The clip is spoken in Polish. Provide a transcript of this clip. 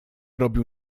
robił